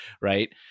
right